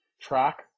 track